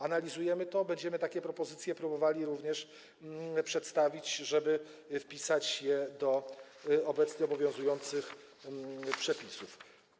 Analizujemy to, będziemy takie propozycje próbowali również przedstawić, żeby wpisać je do obecnie obowiązujących przepisów.